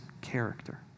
character